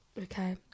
Okay